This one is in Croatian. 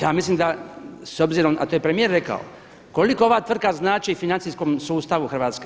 Ja mislim da s obzirom, a to je premijer rekao koliko ova tvrtka znači financijskom sustavu Hrvatske.